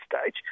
stage